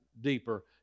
deeper